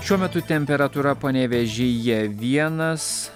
šiuo metu temperatūra panevėžyje vienas